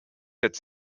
its